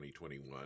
2021